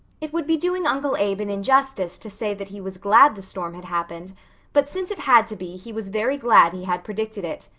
it would be doing uncle abe an injustice to say that he was glad the storm had happened but since it had to be he was very glad he had predicted it.